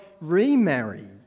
remarry